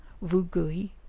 vugui,